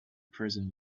present